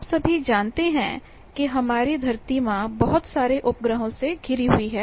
आप सभी जानते हैं कि हमारी धरती माँ बहुत सारे उपग्रहों से घिरी हुई है